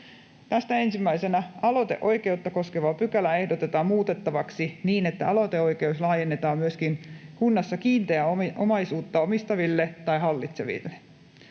Tästä ensimmäisenä: Aloiteoikeutta koskevaa pykälää ehdotetaan muutettavaksi niin, että aloiteoikeus laajennetaan myöskin kunnassa kiinteää omaisuutta omistaville tai hallitseville.